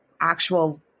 actual